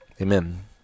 amen